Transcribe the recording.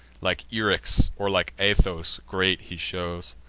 like eryx, or like athos, great he shows,